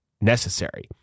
necessary